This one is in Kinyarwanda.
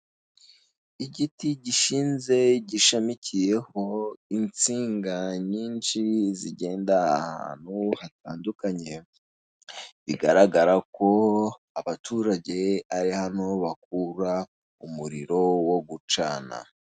Igiti gishinze gishamikiyeho insinga nyinshi zigenda ahantu hatandukanye bigaragara ko abaturage ari hano bakura umuriro wo gucana.